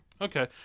Okay